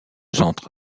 centre